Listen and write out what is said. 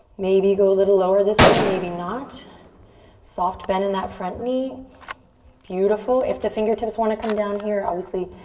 maybe you go a little lower this time, maybe not soft bend in that front knee beautiful if the fingertips want to come down here. obviously.